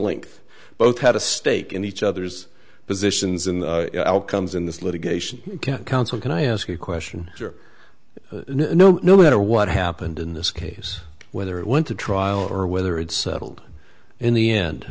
length both had a stake in each other's positions in the outcomes in this litigation counsel can i ask a question no no matter what happened in this case whether it went to trial or whether it's settled in the end